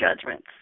judgments